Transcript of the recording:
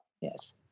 Yes